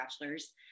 bachelor's